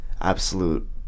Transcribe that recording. absolute